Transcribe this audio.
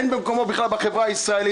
אין מקומו בכלל בחברה הישראלית,